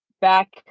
back